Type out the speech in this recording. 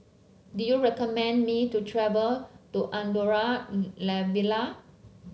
do you recommend me to travel to Andorra La Vella